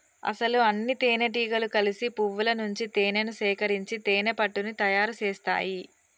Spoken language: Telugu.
అసలు అన్నితేనెటీగలు కలిసి పువ్వుల నుంచి తేనేను సేకరించి తేనెపట్టుని తయారు సేస్తాయి